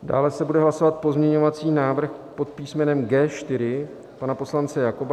Dále se bude hlasovat pozměňovací návrh pod písmenem G4 pana poslance Jakoba.